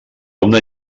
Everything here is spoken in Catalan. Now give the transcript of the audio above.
una